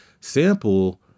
sample